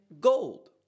gold